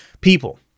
people